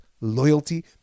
loyalty